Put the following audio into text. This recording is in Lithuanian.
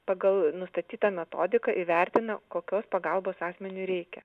pagal nustatytą metodiką įvertina kokios pagalbos asmeniui reikia